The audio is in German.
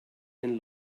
den